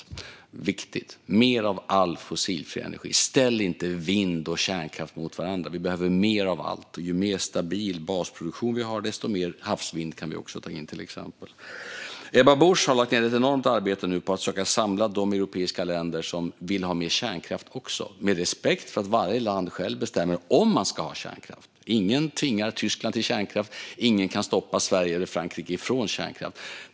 Detta är viktigt: mer av all fossilfri energi. Ställ inte vind och kärnkraft mot varandra! Vi behöver mer av allt. Ju mer stabil basproduktion vi har, desto mer havsvind kan vi också ta in, till exempel. Ebba Busch har lagt ned ett enormt arbete på att försöka samla de europeiska länder som också vill ha mer kärnkraft, med respekt för att varje land självt bestämmer om man ska ha kärnkraft. Ingen tvingar Tyskland till kärnkraft, och ingen kan stoppa Sverige eller Frankrike från kärnkraft.